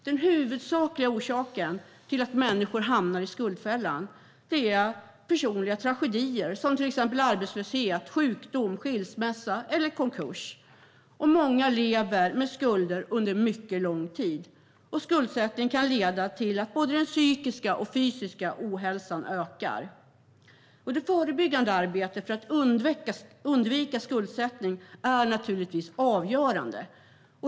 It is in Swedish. Den huvudsakliga orsaken till att människor hamnar i skuldfällan är personliga tragedier som till exempel arbetslöshet, sjukdom, skilsmässa eller konkurs, och många lever med skulder under mycket lång tid. Skuldsättning kan leda till att både den psykiska och den fysiska ohälsan ökar. Det förebyggande arbetet för att undvika skuldsättning är naturligtvis avgörande.